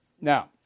Now